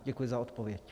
Děkuji za odpověď.